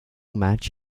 match